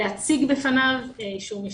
להציג בפניו אישור משטרה.